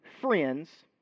friends